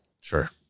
Sure